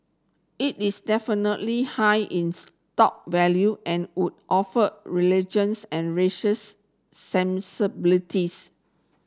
it is definitely high in stock value and would offer religions and sensibilities